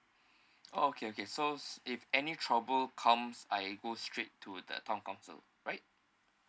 oh okay okay so if any trouble comes I go straight to the town council right